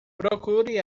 procure